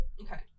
Okay